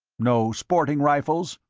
no sporting rifles?